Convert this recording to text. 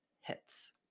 hits